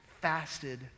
fasted